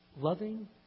loving